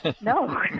No